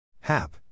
HAP